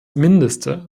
mindeste